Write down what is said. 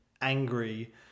angry